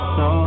no